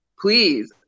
please